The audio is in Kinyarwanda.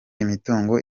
imitungo